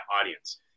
audience